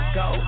go